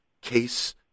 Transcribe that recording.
case